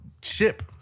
ship